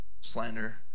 slander